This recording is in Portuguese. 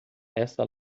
esta